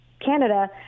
Canada